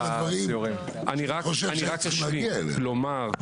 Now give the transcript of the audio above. אבל זה אחד הדברים שצריכים להגיע אליהם.